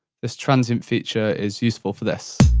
this transients feature is useful for this.